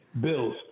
Bills